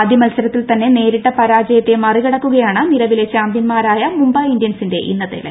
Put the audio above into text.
ആദ്യ മത്സരത്തിൽ തന്നെ നേരിട്ട പരാജയുത്തെ മറികടക്കുകയാണ് നിലവിലെ ചാമ്പ്യൻമാരായ മുംബൈ ഇന്ത്യൻസിന്റെ ഇന്നത്തെ ലക്ഷ്യം